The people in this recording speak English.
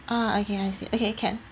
ah okay I see okay can